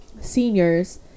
seniors